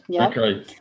Okay